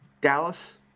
Dallas